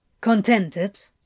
Contented